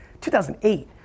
2008